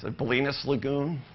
ah bolinas lagoon?